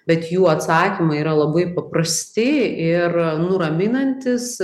bet jų atsakymai yra labai paprasti ir nuraminantys